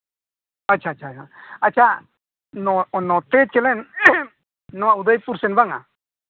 ᱟᱪᱪᱷᱟ ᱟᱪᱪᱷᱟ ᱟᱪᱪᱷᱟ ᱱᱚᱛᱮ ᱪᱮᱞᱮᱱ ᱱᱚᱣᱟ ᱩᱫᱚᱭᱯᱩᱨ ᱥᱮᱱ ᱵᱟᱝᱟ